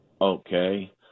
Okay